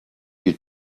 you